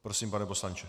Prosím, pane poslanče.